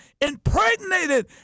impregnated